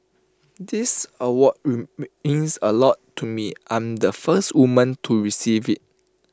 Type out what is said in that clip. this award means A lot to me I'm the first woman to receive IT